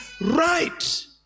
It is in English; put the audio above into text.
right